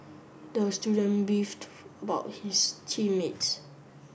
the student beefed about his team mates